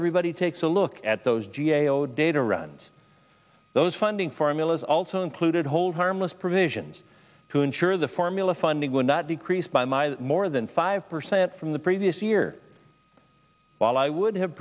everybody takes a look at those g a o data runs those funding formulas also included hold harmless provisions to ensure the formula funding will not decrease by my more than five percent from the previous year while i would have